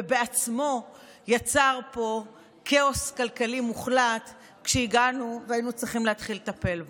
ובעצמו יצר פה כאוס כלכלי מוחלט כשהגענו והיינו צריכים להתחיל לטפל בו.